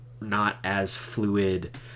not-as-fluid